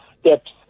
steps